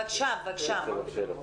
לשאלות.